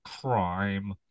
crime